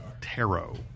Tarot